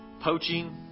Poaching